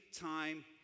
time